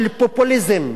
ובמקום,